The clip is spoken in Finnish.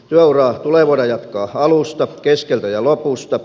työuraa tulee voida jatkaa alusta keskeltä ja lopusta